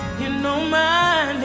you know my